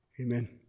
Amen